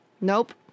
Nope